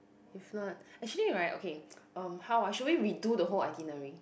if not actually right okay um how ah should we redo the whole itinerary